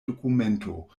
dokumento